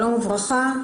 שלום וברכה.